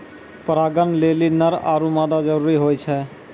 परागण लेलि नर आरु मादा जरूरी होय छै